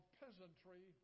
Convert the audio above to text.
peasantry